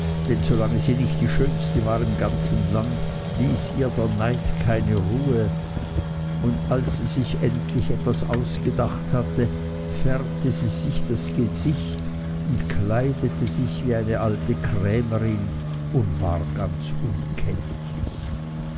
denn solange sie nicht die schönste war im ganzen land ließ ihr der neid keine ruhe und als sie sich endlich etwas ausgedacht hatte färbte sie sich das gesicht und kleidete sich wie eine alte krämerin und war ganz unkenntlich